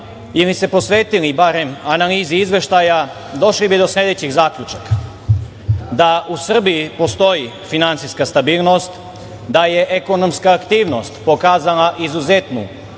ili se posvetili barem analizi izveštaja, došli bi do sledećih zaključaka – da u Srbiji postoji finansijska stabilnost, da je ekonomska aktivnost pokazala izuzetan stepen